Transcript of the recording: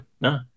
No